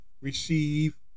receive